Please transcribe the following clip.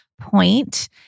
Point